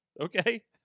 Okay